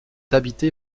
habité